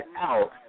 out